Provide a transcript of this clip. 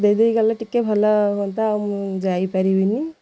ଦେଇ ଦେଇ ଟିକେ ଭଲ ହୁଅନ୍ତା ଆଉ ମୁଁ ଯାଇପାରିବିନି